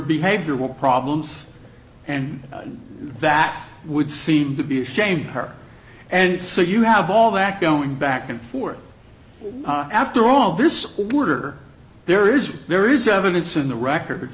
behavioral problems and that would seem to be ashamed of her and so you have all that going back and forth after all this quarter there is there is evidence in the record